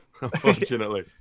unfortunately